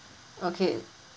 okay